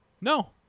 no